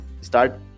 start